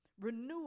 renew